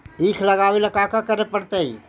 ईख लगावे ला का का करे पड़तैई?